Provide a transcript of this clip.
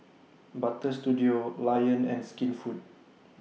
Butter Studio Lion and Skinfood